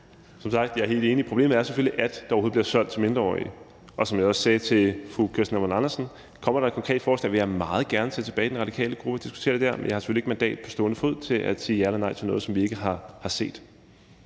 Som sagt: Jeg er helt enig. Problemet er selvfølgelig, at det overhovedet bliver solgt til mindreårige. Og som jeg også sagde til fru Kirsten Normann Andersen: Kommer der et konkret forslag, vil jeg meget gerne tage det med tilbage i den radikale gruppe og diskutere det dér, men jeg har selvfølgelig ikke mandat på stående fod til at sige ja eller nej til noget, som vi ikke har set.